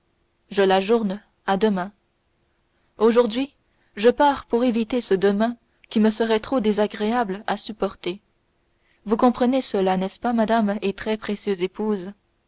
je l'ajourne à demain aujourd'hui je pars pour éviter ce demain qui me serait trop désagréable à supporter vous comprenez cela n'est-ce pas madame et très précieuse épouse